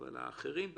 אבל האחרים,